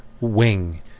Wing